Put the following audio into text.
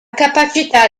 capacità